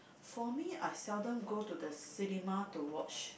for me I seldom go to the cinema to watch